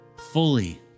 Fully